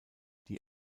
die